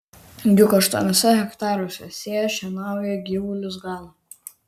juk aštuoniuose hektaruose sėja šienauja gyvulius gano